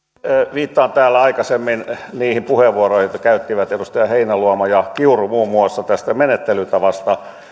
viittaan niihin aikaisempiin puheenvuoroihin joita käyttivät muun muassa edustajat heinäluoma ja kiuru tästä menettelytavasta